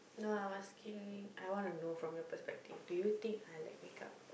no I'm asking I wanna know from your perspective do you think I like makeup